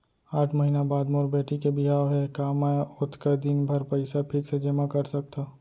आठ महीना बाद मोर बेटी के बिहाव हे का मैं ओतका दिन भर पइसा फिक्स जेमा कर सकथव?